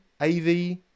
AV